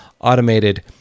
automated